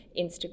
instagram